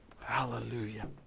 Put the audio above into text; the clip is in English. hallelujah